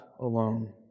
alone